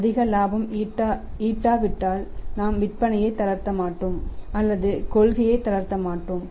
அதிக இலாபம் இல்லாவிட்டால்நாம் விற்பனையை தளர்த்த மாட்டோம் அல்லதுகொள்கையைதளர்த்த மாட்டோம்